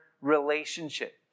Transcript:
relationship